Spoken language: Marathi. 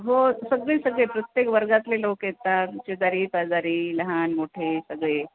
हो सगळे सगळे प्रत्येक वर्गातले लोक येतात शेजारी पाजारी लहान मोठे सगळे